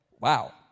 Wow